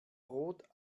rot